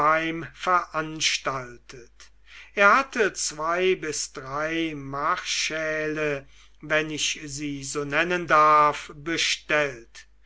veranstaltet er hatte zwei bis drei marschälle wenn ich sie so nennen darf bestellt